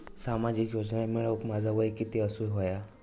सामाजिक योजना मिळवूक माझा वय किती असूक व्हया?